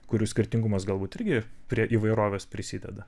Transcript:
kurių skirtingumas galbūt irgi prie įvairovės prisideda